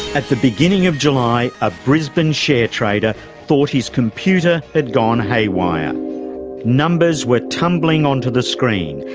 at the beginning of july, a brisbane share trader thought his computer had gone haywire numbers were tumbling onto the screen,